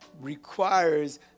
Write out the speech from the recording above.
requires